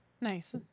Nice